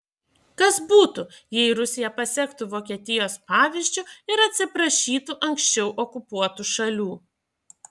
kas būtų jei rusija pasektų vokietijos pavyzdžiu ir atsiprašytų anksčiau okupuotų šalių